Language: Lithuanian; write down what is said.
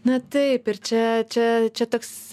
na taip ir čia čia čia toks